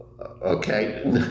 Okay